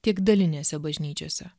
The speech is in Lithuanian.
tiek dalinėse bažnyčiose